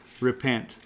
repent